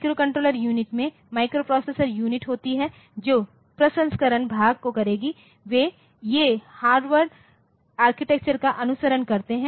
microcontroller unit में microprocessor unit होती है जो प्रसंस्करण भाग को करेगी ये हार्वर्ड आर्किटेक्चर का अनुसरण करते है